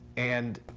and